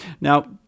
Now